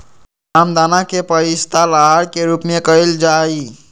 रामदाना के पइस्तेमाल आहार के रूप में कइल जाहई